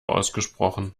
ausgesprochen